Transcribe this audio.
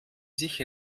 sich